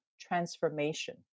transformation